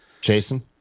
Jason